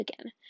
again